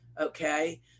okay